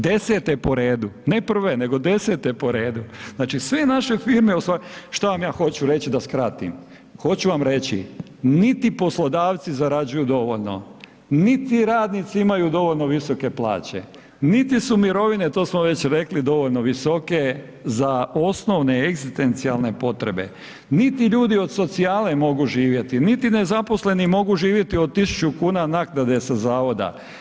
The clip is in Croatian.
Desete po redu, ne prve nego desete po redu, znači sve naše firme, šta vam ja hoću reći da skratim, hoću vam reći niti poslodavci zarađuju dovoljno, niti radnici imaju dovoljno visoke plaće, niti su mirovine, to smo već rekli, dovoljno visoke za osnovne egzistencijalne potrebe, niti ljudi od socijale mogu živjeti, niti nezaposleni mogu živjeti od 1000 kn naknade sa zavoda.